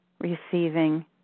Receiving